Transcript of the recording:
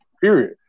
period